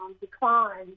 decline